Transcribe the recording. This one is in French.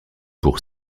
pour